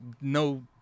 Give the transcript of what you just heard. no